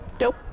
Nope